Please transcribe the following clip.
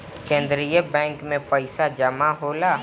केंद्रीय बैंक में पइसा जमा होला